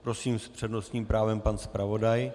Prosím, s přednostním právem pan zpravodaj.